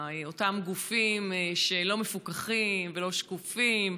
אותם גופים לא מפוקחים ולא שקופים.